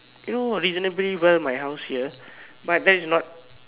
you know reasonably well my house here but there is not